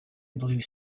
blue